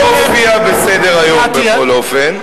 לא הופיע בסדר-היום, בכל אופן.